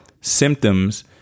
symptoms